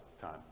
time